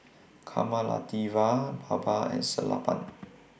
Kamaladevi Baba and Sellapan